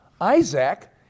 Isaac